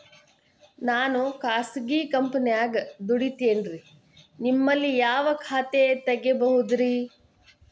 ನಾನು ಖಾಸಗಿ ಕಂಪನ್ಯಾಗ ದುಡಿತೇನ್ರಿ, ನಿಮ್ಮಲ್ಲಿ ಯಾವ ಖಾತೆ ತೆಗಿಬಹುದ್ರಿ?